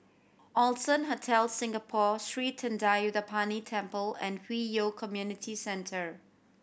Allson Hotel Singapore Sri Thendayuthapani Temple and Hwi Yoh Community Centre